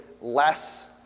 less